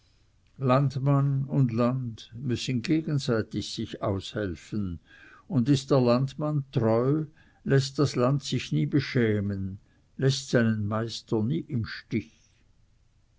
landmann und land müssen gegenseitig sich aushelfen und ist der landmann treu läßt das land sich nie beschämen läßt seinen meister nie im stich